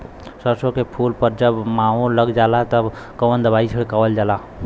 सरसो के फूल पर जब माहो लग जाला तब कवन दवाई छिड़कल जाला?